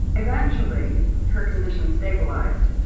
eventually her condition stabilised,